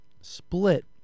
split